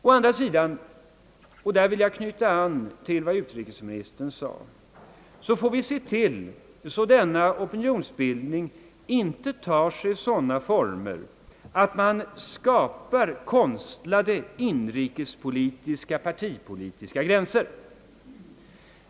Å andra sidan — och där vill jag knyta an till vad utrikesministern sade — får vi se till att denna opinionsbildning inte tar sig sådana former att man skapar konstlade inrikespolitiska partipolitiska gränser.